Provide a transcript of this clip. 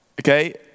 okay